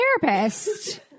therapist